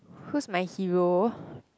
who's my hero